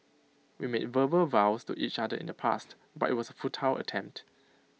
we made verbal vows to each other in the past but IT was A futile attempt